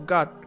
God